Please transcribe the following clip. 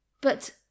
But